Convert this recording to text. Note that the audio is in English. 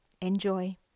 Enjoy